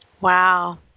Wow